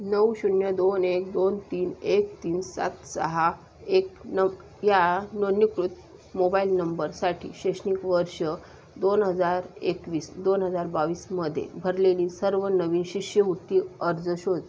नऊ शून्य दोन एक दोन तीन एक तीन सात सहा एक न या नोंंदणीकृत मोबाईल नंबरसाठी शैक्षणिक वर्ष दोन हजार एकवीस दोन हजार बावीसमध्ये भरलेली सर्व नवीन शिष्यवृत्ती अर्ज शोध